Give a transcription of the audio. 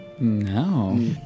No